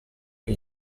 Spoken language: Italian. che